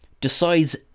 decides